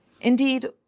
Indeed